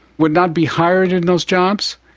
would not be hired in those jobs.